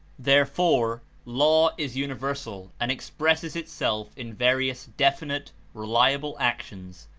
therefore law is universal and expresses it self in various definite, reliable actions,